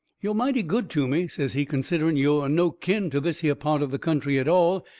yo' mighty good to me, says he, considering yo' are no kin to this here part of the country at all.